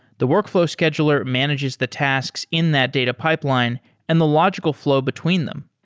the workflow scheduler manages the tasks in that data pipeline and the logical flow between them.